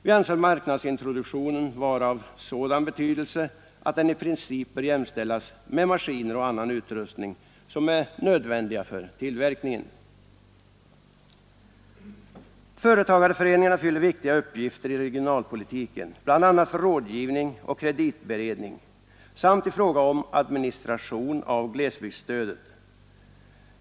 Vi anser marknadsintroduktionen vara av sådan betydelse att den i princip bör jämställas med maskiner och annan utrustning som är nödvändiga för tillverkningen. Företagarföreningarna fyller viktiga uppgifter i regionalpolitiken, bl.a. för rådgivning och kreditberedning samt i fråga om administration av glesbygdsstödet.